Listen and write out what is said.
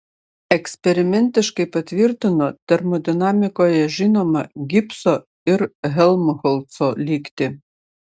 eksperimentiškai patvirtino termodinamikoje žinomą gibso ir helmholco lygtį